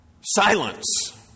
Silence